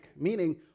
Meaning